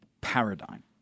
paradigm